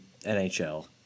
NHL